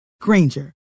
Granger